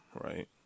right